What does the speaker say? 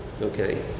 Okay